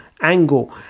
angle